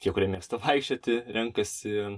tie kurie mėgsta vaikščioti renkasi